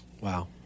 Wow